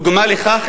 דוגמה לכך,